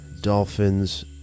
dolphins